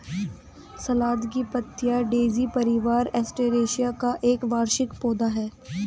सलाद की पत्तियाँ डेज़ी परिवार, एस्टेरेसिया का एक वार्षिक पौधा है